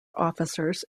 officers